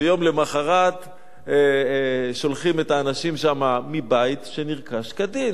ויום למחרת שולחים את האנשים שם מבית שנרכש כדין.